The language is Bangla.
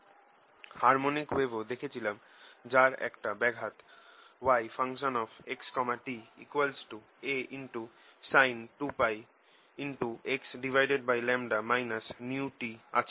আমরা হারমনিক ওয়েভ ও দেখেছিলাম যার একটা ব্যাঘাত yxtAsin2πx νt আছে